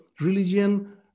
religion